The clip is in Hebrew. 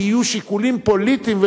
יהיו שיקולים פוליטיים,